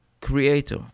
creator